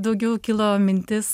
daugiau kilo mintis